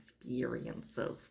experiences